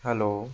hello